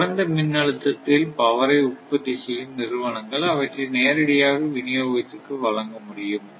குறைந்த மின் அழுத்தத்தில் பவரை உற்பத்தி செய்யும் நிறுவனங்கள் அவற்றை நேரடியாக விநியோகத்திற்கு வழங்க முடியும்